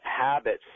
habits